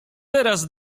teraz